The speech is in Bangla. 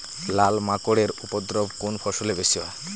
লাল মাকড় এর উপদ্রব কোন ফসলে বেশি হয়?